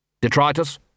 Detritus